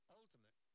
ultimate